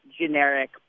generic